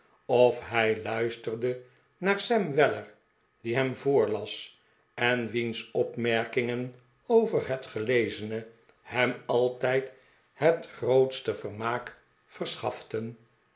of hij luisterde naar sam weller die hem voorlas en wiens opmerkingen over het gelezene hem altijd het grootste vermaak verschaften